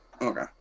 Okay